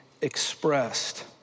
expressed